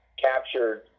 captured